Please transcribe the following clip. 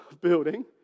building